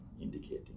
indicating